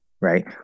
right